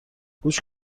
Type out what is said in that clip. گوش